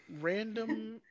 random